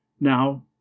Now